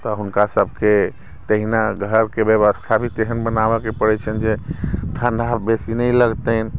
तऽ हुनकासभके तहिना घरके व्यवस्था भी तेहन बनाबयके पड़ैत छन्हि जे ठण्डा बेसी नहि लगतनि